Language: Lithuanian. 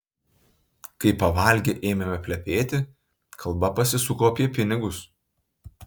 kai pavalgę ėmėme plepėti kalba pasisuko apie pinigus